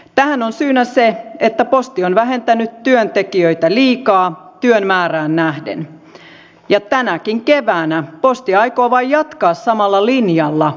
tähän on syynä se että posti on vähentänyt työntekijöitä liikaa työn määrään nähden ja tänäkin keväänä posti aikoo vain jatkaa samalla linjalla